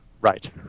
Right